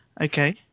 Okay